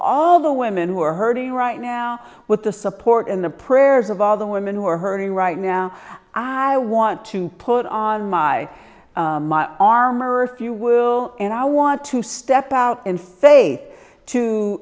all the women who are hurting right now with the support and the prayers of all the women who are hurting right now i want to put on my my armor if you will and i want to step out in fa